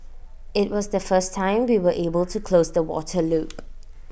IT was the first time we were able to close the water loop